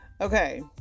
Okay